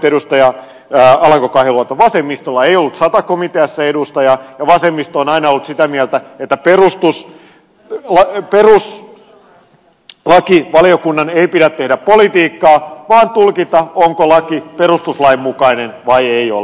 alanko kahiluoto että vasemmistolla ei ollut sata komiteassa edustajaa ja vasemmisto on aina ollut sitä mieltä että perustuslakivaliokunnan ei pidä tehdä politiikkaa vaan tulkita onko laki perustuslain mukainen vai ei ole